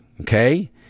Okay